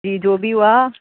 جی جو بھی ہوا